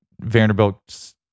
Vanderbilt